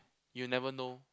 you never know